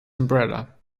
umbrella